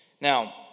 Now